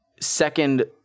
second